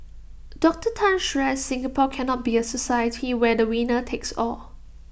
Doctor Tan stressed Singapore cannot be A society where the winner takes all